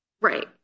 Right